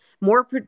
more